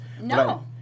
No